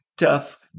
tough